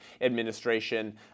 administration